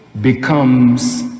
becomes